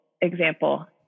example